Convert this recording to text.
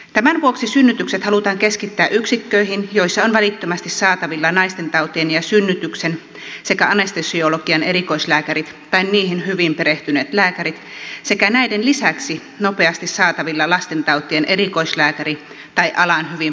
tämän vuoksi synnytykset halutaan keskittää yksiköihin joissa on välittömästi saatavilla naistentautien ja synnytyksen sekä anestesiologian erikoislääkäri tai niihin hyvin perehtyneet lääkärit sekä näiden lisäksi nopeasti saatavilla lastentautien erikoislääkäri tai alaan hyvin perehtynyt lääkäri